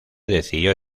decidió